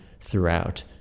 throughout